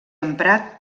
emprat